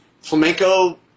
Flamenco